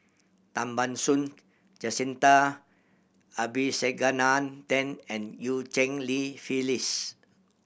Tan Ban Soon Jacintha Abisheganaden and Eu Cheng Li Phyllis